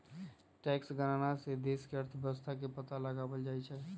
tax गणना से देश के अर्थव्यवस्था के पता लगाएल जाई छई